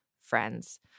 friends